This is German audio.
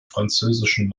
französischen